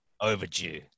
overdue